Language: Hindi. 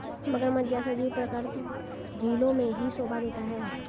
मगरमच्छ जैसा जीव प्राकृतिक झीलों में ही शोभा देता है